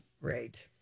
right